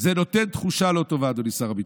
זה נותן תחושה לא טובה, אדוני שר הביטחון,